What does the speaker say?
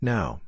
Now